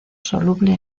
soluble